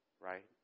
right